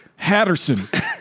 Hatter'son